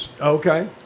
okay